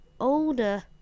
older